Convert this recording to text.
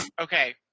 okay